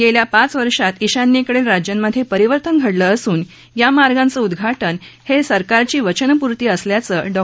गेल्या पाच वर्षात ईशान्येकडील राज्यांमध्ये परिवर्तन घडलं असून त्या मार्गांचं उद्घाटन हे सरकारची वचनपूर्ती असल्याचं डॉ